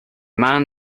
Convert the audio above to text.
man